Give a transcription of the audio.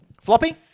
Floppy